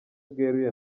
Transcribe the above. bweruye